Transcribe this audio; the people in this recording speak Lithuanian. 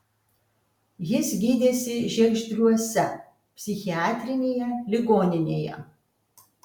jis gydėsi žiegždriuose psichiatrinėje ligoninėje